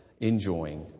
enjoying